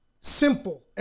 simple